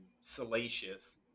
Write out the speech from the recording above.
salacious